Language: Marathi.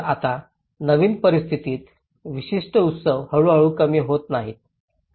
तर आता नवीन परिस्थितीत विशिष्ट उत्सव हळूहळू कमी होत नाहीत